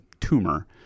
tumor